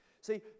See